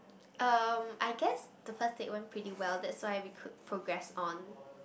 um I guess the first date went pretty well that's why we could progress on